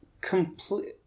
complete